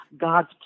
God's